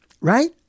right